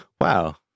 wow